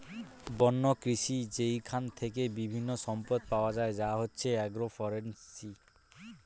বন্য কৃষি যেইখান থেকে বিভিন্ন সম্পদ পাওয়া যায় যা হচ্ছে এগ্রো ফরেষ্ট্রী